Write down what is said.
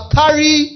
carry